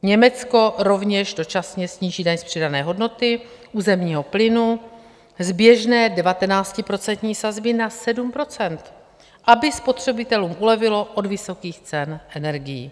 Německo rovněž dočasně sníží daň z přidané hodnoty u zemního plynu z běžné 19% sazby na 7 %, aby spotřebitelům ulevilo od vysokých cen energií.